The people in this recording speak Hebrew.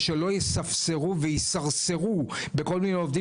ושלא יספסרו ויסרסרו בכל מיני עובדים.